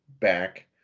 back